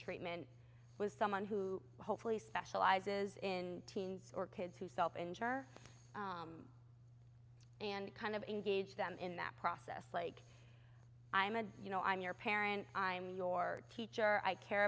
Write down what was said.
treatment was someone who hopefully specializes in teens or kids who self injure and kind of engage them in that process like i'm a you know i'm your parent i'm your teacher i care